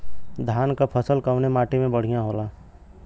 धान क फसल कवने माटी में बढ़ियां होला?